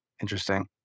Interesting